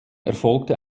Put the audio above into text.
erfolgte